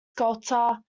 sculptor